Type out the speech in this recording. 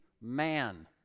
man